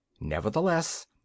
Nevertheless